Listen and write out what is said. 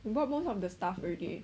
bought most of the stuff already